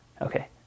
Okay